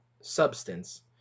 substance